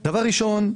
ראשית,